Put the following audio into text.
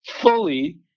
fully